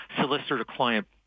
solicitor-to-client